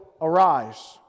arise